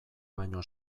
baino